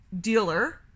dealer